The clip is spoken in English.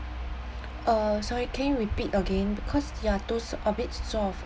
uh sorry can you repeat again because ya too sof~ a bit soft